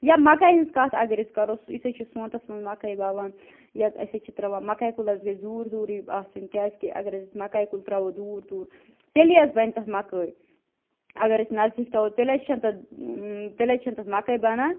یا مکٲے ہِنٛز کَتھ اگر أسۍ کَرو سُ أسۍ حظ چھِ سونٛتس منٛز مکٲے وۄوان یا أسۍ حظ چھِ ترٛاوان مکاے کُل حظ گَژھہِ دوٗر دوٗرٕے آسُن کیٛازِکہِ اگر حظ أسۍ مکٲے کُل ترٛاوو دوٗر دوٗر تیٚلی حظ بنہِ تتھ مکٲے اگر أسۍ نزدیٖک تھاوو تیٚلہِ حظ چھَنہٕ تتھ اۭں تیٚلہِ حظ چھَنہٕ تتھ مکٲے بنان